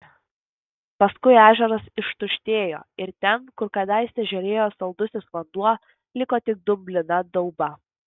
paskui ežeras ištuštėjo ir ten kur kadaise žėrėjo saldusis vanduo liko tik dumblina dauba